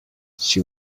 she